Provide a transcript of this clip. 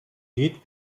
geht